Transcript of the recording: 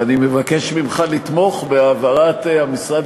ואני מבקש ממך לתמוך בהעברת המשרד